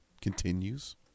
continues